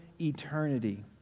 eternity